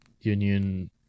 Union